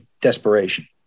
desperation